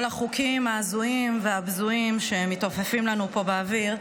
החוקים ההזויים והבזויים שמתעופפים לנו פה באוויר,